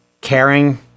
caring